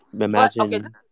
Imagine